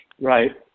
Right